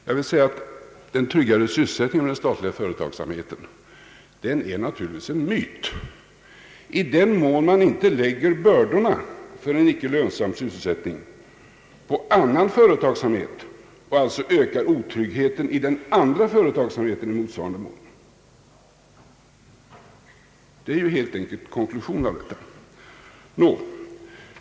Jag vill säga att en tryggare sysselsättning tack vare den statliga företag samheten naturligtvis är en myt, i den mån man icke lägger bördorna för en icke lönsam sysselsättning på annan företagsamhet och alltså ökar otryggheten i den andra företagsamheten i motsvarande mån. Det är ju helt enkelt en konklusion av detta.